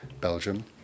Belgium